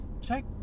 Check